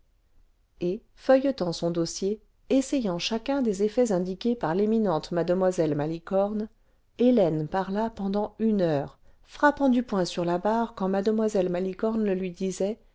et feuilletant son dossier essayant chacun des effets indiqués par l'éminent mlle malicorne hélène parla pendant une heure frappant du poing sur la barre quand mlle malicorne le lui disait